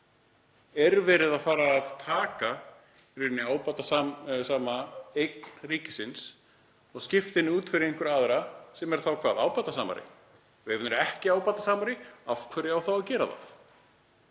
Er verið að taka ábatasama eign ríkisins og skipta henni út fyrir einhverja aðra sem er þá hvað, ábatasamari? Ef hún er ekki ábatasamari, af hverju þá að gera það?